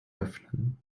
öffnen